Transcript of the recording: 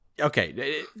okay